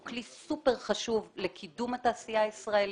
כלי סופר חשוב לקידום התעשייה הישראלית,